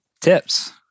tips